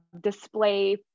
display